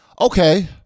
okay